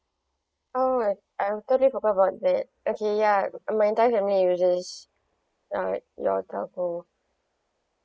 alright I totally forgot about that okay ya my entire family are users uh your telco